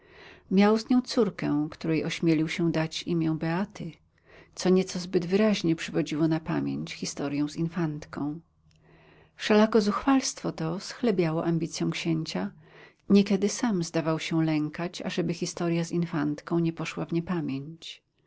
miał z nią córkę której ośmielił się dać imię beaty co nieco zbyt wyraźnie przywodziło na pamięć historię z infantką wszelako zuchwalstwo to schlebiało ambicjom księcia niekiedy sam zdawał się lękać ażeby historia z infantką nie poszła w